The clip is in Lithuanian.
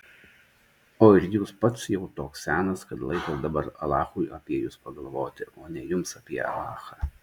o ir jūs pats jau toks senas kad laikas dabar alachui apie jus pagalvoti o ne jums apie alachą